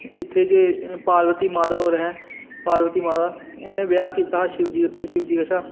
की इत्थें जे ऐहें पार्वती माता होर पार्वती माता उनें ब्याह् कीता हा शिव जी कशा